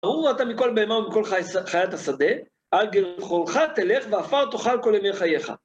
ארור אתה מכל הבהמה ומכל חיית השדה, על גחונך תלך ואפר תאכל כל ימי חייך.